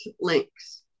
links